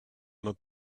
not